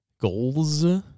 goals